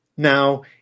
Now